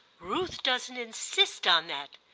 ruth doesn't insist on that,